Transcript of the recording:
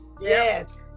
Yes